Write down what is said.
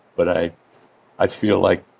but i i feel like